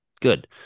good